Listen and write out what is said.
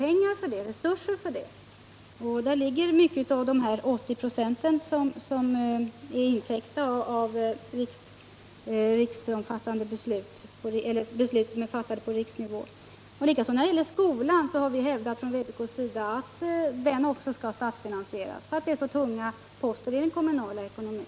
En stor del av de 80 procenten som är intäckta av beslut fattade på riksnivå ligger där. Likaså har vpk hävdat att skolan skall statsfinansieras, eftersom de posterna annars blir alltför tunga för den kommunala ekonomin.